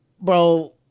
bro